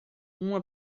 uma